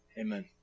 Amen